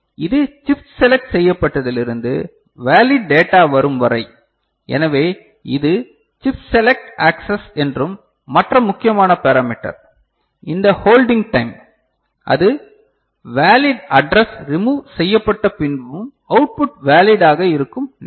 இது chip select செய்யப்பட்டதிலிருந்து valid data வரும் வரை எனவே இது சிப் செலக்ட் ஆக்சஸ் என்றும் மற்ற முக்கியமான பெராமீட்டர் இந்த ஹோல்டிங் டைம் அது வேலிட் அட்ரஸ் ரிமூவ் செய்யப்பட்ட பின்பும் அவுட் புட் வேலிட் ஆக இருக்கும் நேரம்